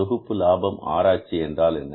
செலவு தொகுப்பு லாபம் ஆராய்ச்சி என்றால் என்ன